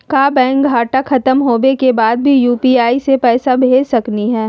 का बैंकिंग घंटा खत्म होवे के बाद भी यू.पी.आई से पैसा भेज सकली हे?